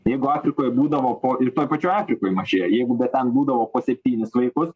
tai jeigu afrikoje būdavo po ir tojpačioj afrikoj mažėja jeigu ten būdavo po septynis vaikus